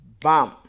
bam